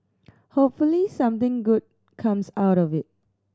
hopefully something good comes out of it